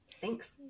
Thanks